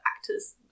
actor's